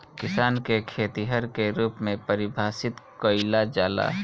किसान के खेतिहर के रूप में परिभासित कईला जाला